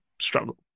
struggle